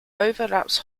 overlaps